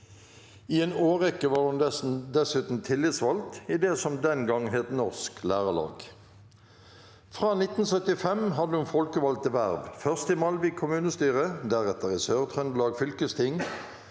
I en årrekke var hun dessuten tillitsvalgt i det som den gang het Norsk Lærerlag. Fra 1975 hadde hun folkevalgte verv, først i Malvik kommunestyre, deretter i Sør-Trøndelag fylkesting.